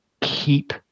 keep